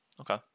Okay